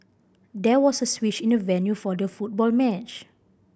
there was a switch in the venue for the football match